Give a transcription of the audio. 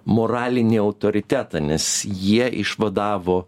moralinį autoritetą nes jie išvadavo